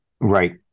Right